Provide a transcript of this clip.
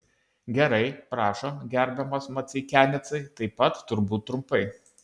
gerai prašom gerbiamas maceikianecai taip pat turbūt trumpai